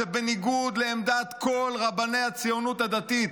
זה בניגוד לעמדת כל רבני הציונות הדתית.